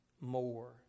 more